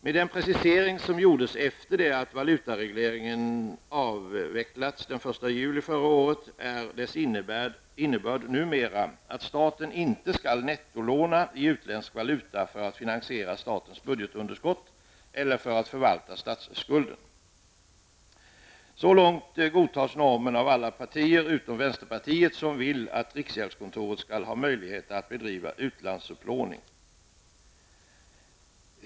Med den precisering som gjordes efter det att valutaregleringen avvecklades den 1 juli förra året är dess innebörd numera att staten inte skall nettolåna utländsk valuta för att finansiera statens budgetunderskott eller för att förvalta statsskulden. Så långt godtas normen av alla partier utom vänsterpartiet som vill att riksgäldskontoret skall ha möjligheter att bedriva utlandsupplåning.